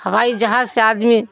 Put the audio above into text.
ہوائی جہاز سے آدمی